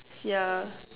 ya